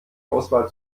auswahl